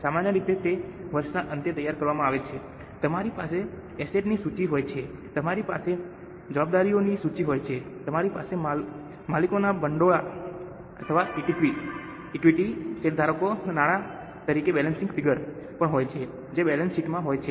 સામાન્ય રીતે તે વર્ષના અંતે તૈયાર કરવામાં આવે છે તમારી પાસે એસેટ ની સૂચિ હોય છે તમારી પાસે જવાબદારીઓની સૂચિ હોય છે અને તમારી પાસે માલિકોના ભંડોળ અથવા ઇક્વિટી શેરધારકોના નાણાં તરીકે બેલેન્સિંગ ફિગર પણ હોય છે જે બેલેન્સ શીટમાં હોય છે